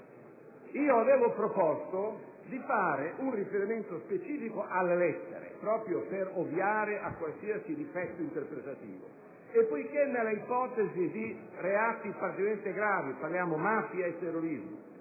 Io ho proposto di fare un riferimento specifico alle lettere, proprio per ovviare a qualsiasi difetto interpretativo. E poiché nell'ipotesi di reati particolarmente gravi (mafia e terrorismo)